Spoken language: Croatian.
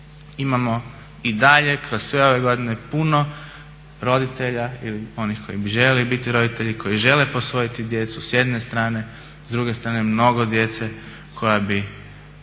Imamo i dalje kroz sve ove godine puno roditelja ili onih koji bi željeli biti roditelji, koji žele posvojiti djecu s jedne strane, s druge strane imamo mnogo djece za koje